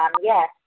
Yes